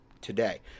today